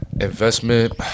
investment